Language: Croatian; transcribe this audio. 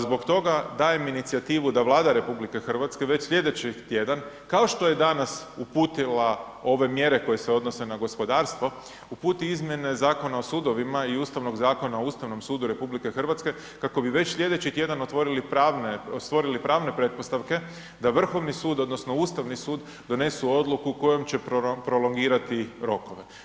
Zbog toga dajem inicijativu da Vlada RH već slijedeći tjedan kao što je danas uputila ove mjere koje se odnose na gospodarstvo, uputi izmjene Zakona o sudovima i Ustavnog zakona o Ustavnom sudu RH kako bi već sljedeći tjedan stvorili pravne pretpostavke da Vrhovni sud odnosno Ustavni sud donesu odluku kojom će prolongirati rokove.